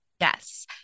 Yes